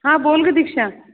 हा बोल ग दीक्षा